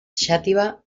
xàtiva